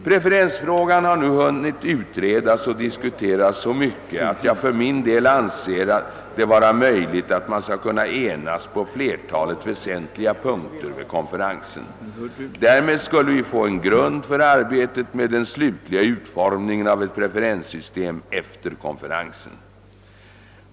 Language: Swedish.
Preferensfrågan har nu hunnit utredas och diskuteras så mycket att jag för min del anser det vara möjligt att man skall kunna enas på flertalet väsentliga punkter vid konferensen. Därmed skulle vi få en grund för arbetet med den slutliga utformningen av ett preferenssystem efter konferensen.